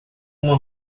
uma